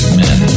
men